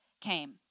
came